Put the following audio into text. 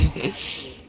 it's